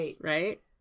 Right